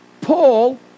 Paul